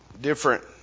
different